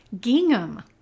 Gingham